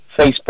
Facebook